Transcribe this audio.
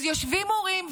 אז יושבים הורים,